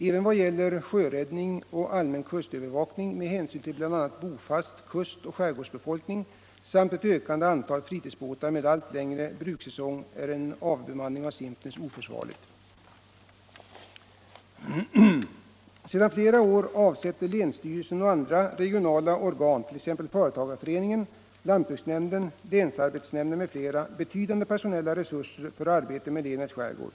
Även vad gäller sjöräddning och allmän kustövervakning med hänsyn till bl.a. bofast kustoch skärgårdsbefolkning samt ett ökande antal fri tidsbåtar med allt längre brukssäsong är en avbemanning av Simpnäs Nr 30 oförsvarlig, Torsdagen den Sedan flera år avsätter länsstyrelsen och andra regionala organ, ex 27 november 1975 empelvis företagareföreningen, lantbruksnämnden, länsarbetsnämnden I m.fl., betydande personella resurser för arbetet med länets skärgård.